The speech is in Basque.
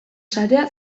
sarea